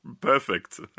perfect